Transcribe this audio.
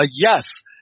yes